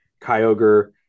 Kyogre